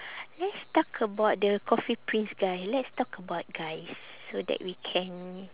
let's talk about the coffee prince guy let's talk about guys so that we can